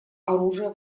оружия